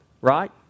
right